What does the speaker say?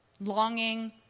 longing